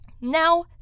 Now